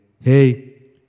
Hey